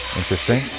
interesting